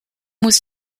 was